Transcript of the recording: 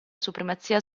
supremazia